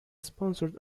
sponsored